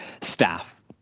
staff